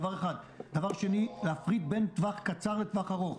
דבר שני, להפריד בין טווח קצר לטווח ארוך.